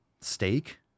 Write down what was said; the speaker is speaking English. steak